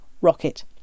Rocket